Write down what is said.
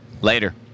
Later